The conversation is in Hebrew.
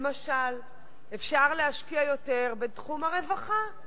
אפשר להשקיע יותר בתחום הרווחה.